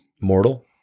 mortal